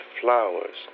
flowers